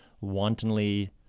wantonly